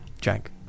Jack